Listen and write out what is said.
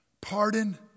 Pardon